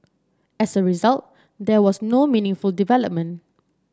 as a result there was no meaningful development